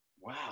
Wow